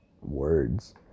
words